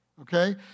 okay